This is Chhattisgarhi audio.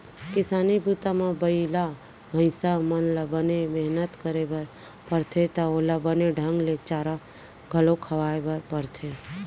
किसानी बूता म बइला भईंसा मन ल बने मेहनत करे बर परथे त ओला बने ढंग ले चारा घलौ खवाए बर परथे